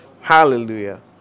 Hallelujah